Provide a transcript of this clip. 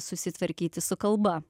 susitvarkyti su kalba